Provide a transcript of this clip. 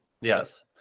Yes